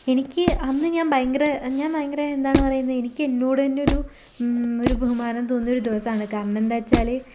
എനിക്ക് അന്ന് ഞാൻ ഭയങ്കര ഞാൻ ഭയങ്കര എന്താണ് പറയുന്നത് എനിക്ക് എന്നോട് തന്നെ ഒരു ഒരു ബഹുമാനം തോന്നിയ ഒരു ദിവസമാണ് കാരണം എന്താണെന്നുവെച്ചാൽ